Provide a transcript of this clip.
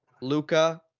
Luka